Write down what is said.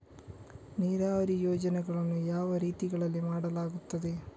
ನೀರಾವರಿ ಯೋಜನೆಗಳನ್ನು ಯಾವ ರೀತಿಗಳಲ್ಲಿ ಮಾಡಲಾಗುತ್ತದೆ?